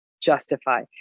justify